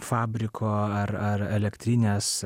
fabriko ar ar elektrinės